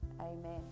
Amen